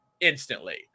instantly